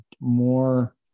more